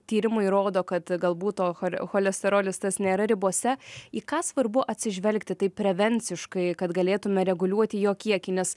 tyrimai rodo kad galbūt to chor cholesterolis tas nėra ribose į ką svarbu atsižvelgti taip prevenciškai kad galėtume reguliuoti jo kiekį nes